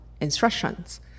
instructions